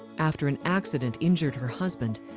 after an accident injured her husband,